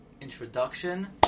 introduction